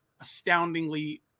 astoundingly